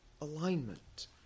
alignment